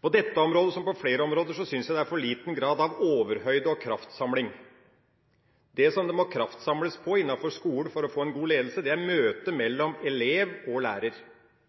På dette området, som på flere områder, synes jeg det er for liten grad av overhøyde og kraftsamling. Det som det må kraftsamles om innenfor skolen for å få en god ledelse, er møtet mellom elev og lærer. Det er møtet mellom elev og lærer